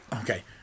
okay